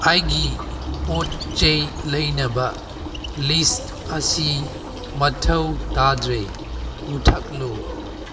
ꯑꯩꯒꯤ ꯄꯣꯠ ꯆꯩ ꯂꯩꯅꯕ ꯂꯤꯁ ꯑꯁꯤ ꯃꯊꯧ ꯇꯥꯗ꯭ꯔꯦ ꯃꯨꯊꯠꯂꯣ